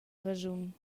raschun